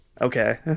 Okay